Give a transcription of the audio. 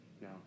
No